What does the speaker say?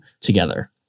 together